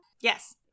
Yes